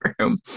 room